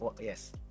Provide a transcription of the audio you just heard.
Yes